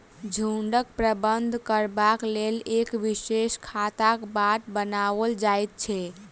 झुंडक प्रबंधन करबाक लेल एक विशेष खाकाक बाट बनाओल जाइत छै